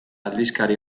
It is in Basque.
aldizkari